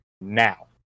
now